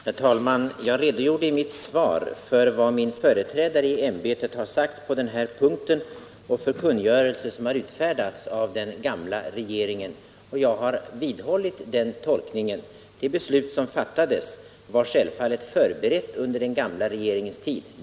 Herr talman! Jag redogjorde i mitt svar för vad min företrädare i ämbetet har sagt på den här punkten och för den kungörelse som har utfärdats av den gamla regeringen. Jag har vidhållit den tolkningen. Det beslut som fattats var givetvis förberett under den gamla regeringens tid.